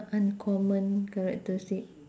uncommon characteristic